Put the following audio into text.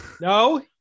no